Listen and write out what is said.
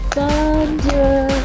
Thunder